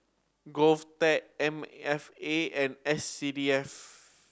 GovTech M F A and S C D F